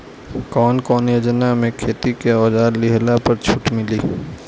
कवन कवन योजना मै खेती के औजार लिहले पर छुट मिली?